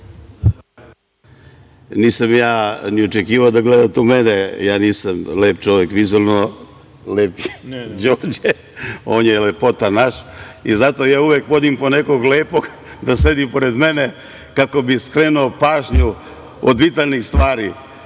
Nisam ja ni očekivao da gledate u mene. Ja nisam lep čovek, vizuelno je lep Đorđe, on je lepotan naš i zato ja uvek vodim po nekog lepog da sedi pored mene, kako bi skrenuo pažnju od vitalnih stvari,